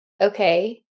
okay